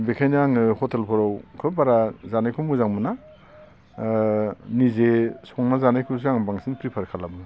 बेखायनो आङो हटेलफोराव बारा जानायखौ मोजां मोना निजे संना जानायखौसो आं बांसिन प्रिफार खालामो